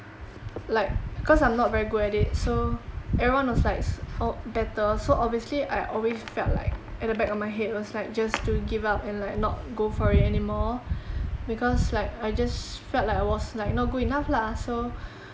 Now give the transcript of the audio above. like cause I'm not very good at it so everyone was like s~ better so obviously I always felt like at the back of my head was like just to give up and like not go for it anymore because like I just felt like I was like not good enough lah so